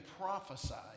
prophesied